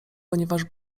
ponieważ